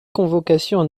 convocations